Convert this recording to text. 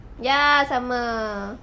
ya sama